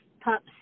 pups